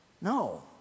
No